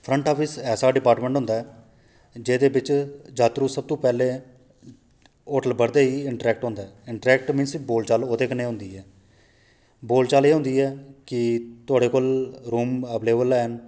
फ्रं ट आफिस ऐसा डिपार्टमैंट होंदा ऐ जेह्दे बिच यात्री सबतूं पैह्लें होटल बड़दे गै इन्टरैक्ट होंदा ऐ इंटरैक्ट मीनस बोल चाल ओह्दे कन्नै होंदी ऐ बोल चाल एह् होंदी ऐ कि थुआढ़े कोल रूम अवलेबल हैन